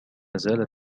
زالت